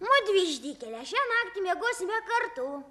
mudvi išdykėle šią naktį miegosime kartu